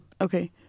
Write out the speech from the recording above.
Okay